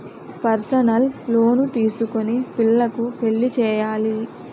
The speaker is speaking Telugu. పర్సనల్ లోను తీసుకొని పిల్లకు పెళ్లి చేయాలి